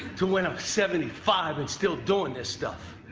to when i'm seventy five and still doing this stuff.